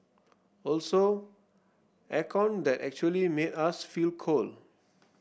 also air con that actually made us feel cold